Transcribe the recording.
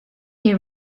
year